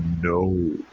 no